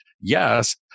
Yes